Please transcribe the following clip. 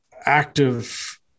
active